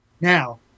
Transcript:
Now